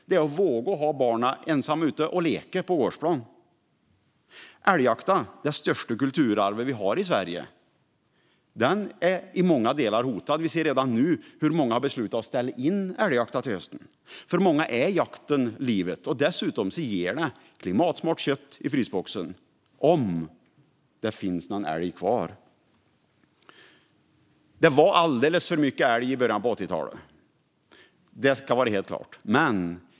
Det är att våga låta barnen vara ensamma ute och leka på gårdsplanen. Älgjakten, det största kulturarv vi har i Sverige, är i många delar hotad. Vi ser redan nu hur många har beslutat att ställa in älgjakten till hösten. För många är jakten livet. Dessutom ger den klimatsmart kött i frysboxen - om det finns någon älg kvar. Det var alldeles för mycket älg i början av 80-talet. Det är helt klart.